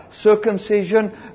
circumcision